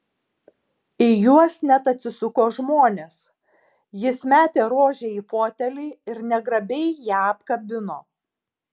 į juos net atsisuko žmonės jis metė rožę į fotelį ir negrabiai ją apkabino